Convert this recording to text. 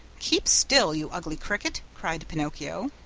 keep still, you ugly cricket! cried pinocchio.